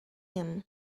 him